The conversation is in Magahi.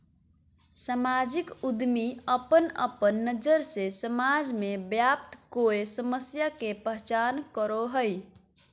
सामाजिक उद्यमी अपन अपन नज़र से समाज में व्याप्त कोय समस्या के पहचान करो हइ